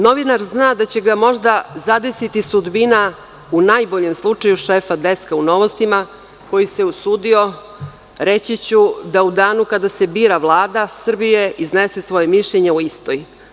Novinar zna da će ga možda zadesiti sudbina, u najboljem slučaju, šefa deska u „Novostima“, koji se usudio da u danu kada se bira Vlada Srbije iznese svoje mišljenje o istoj.